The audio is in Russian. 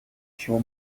чего